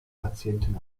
patienten